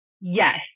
Yes